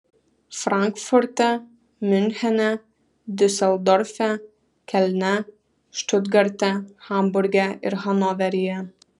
frankfurte miunchene diuseldorfe kelne štutgarte hamburge ir hanoveryje